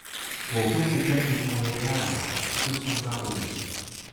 plaukiau upe į monrealį ekskursiniu garlaiviu